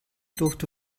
durfte